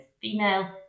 female